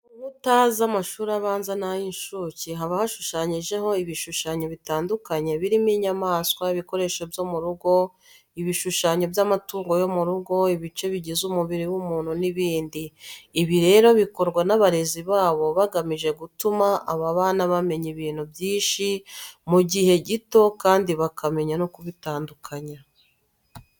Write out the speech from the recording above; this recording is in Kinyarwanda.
Ku nkuta z'amashuri abanza n'ay'incuke haba hashushanyijeho ibishushanyo bitandukanye birimo inyamaswa, ibikoresho byo mu rugo, ibishushanyo by'amatungo yo mu rugo, ibice bigize umubiri w'umuntu n'ibindi. Ibi rero bikorwa n'abarezi babo bagamije gutuma aba bana bamenya ibintu byinshi mu gihe gito kandi bakamenya no kubitandukanya.